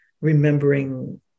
remembering